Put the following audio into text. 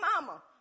mama